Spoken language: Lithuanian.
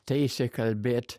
teisė kalbėt